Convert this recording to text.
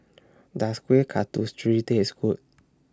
Does Kueh Katusri Taste Good